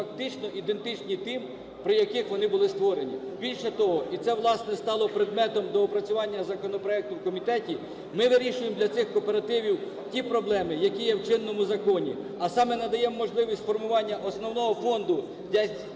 фактично ідентичні тим, при яких вони були створені. Більше того, і це, власне, стало предметом доопрацювання законопроекту в комітеті, ми вирішуємо для цих кооперативів ті проблеми, які є в чинному законі, а саме: надаємо можливість формування основного фонду для здійснення